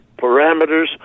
parameters